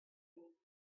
you